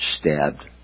stabbed